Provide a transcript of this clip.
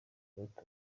bato